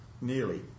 nearly